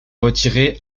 retiré